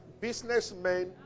Businessmen